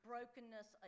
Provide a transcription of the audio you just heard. brokenness